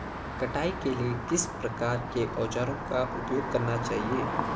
कटाई के लिए किस प्रकार के औज़ारों का उपयोग करना चाहिए?